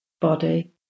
body